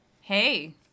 hey